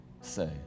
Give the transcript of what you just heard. say